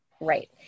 Right